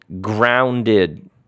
grounded